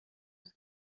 dix